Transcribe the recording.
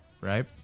right